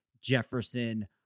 Jefferson